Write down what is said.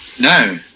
No